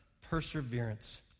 perseverance